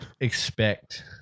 expect